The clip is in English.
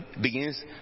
begins